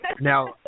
now